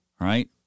right